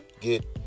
get